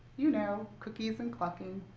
you know, cookies and clucking.